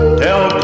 tell